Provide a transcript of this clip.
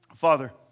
Father